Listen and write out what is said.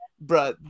Bro